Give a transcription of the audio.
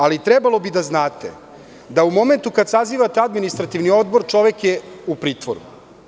Ali, trebalo bi da znate da u momentu kada sazivate Administrativni odbor čovek je u pritvoru.